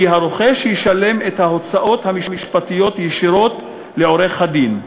כי הרוכש ישלם את ההוצאות המשפטיות ישירות לעורך-הדין,